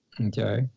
Okay